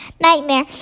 nightmare